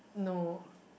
no